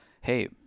Hey